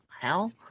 hell